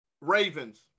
Ravens